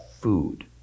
food